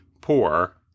poor